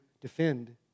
defend